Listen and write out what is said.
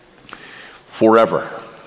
forever